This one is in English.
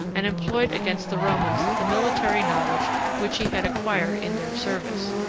and employed against the romans the military knowledge which he had acquired in their service.